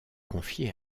confiée